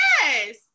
Yes